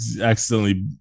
accidentally